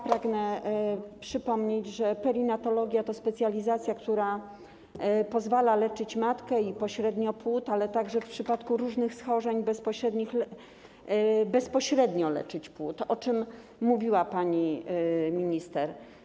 Pragnę przypomnieć, że perinatologia to specjalizacja, która pozwala leczyć matkę i pośrednio płód, ale także w przypadku różnych schorzeń bezpośrednich, bezpośrednio leczyć płód, o czym mówiła pani minister.